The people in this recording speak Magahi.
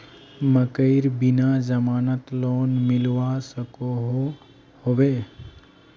मकईर बिना जमानत लोन मिलवा सकोहो होबे?